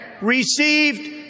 received